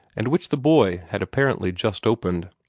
and which the boy had apparently just opened.